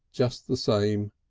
just the same,